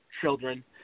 children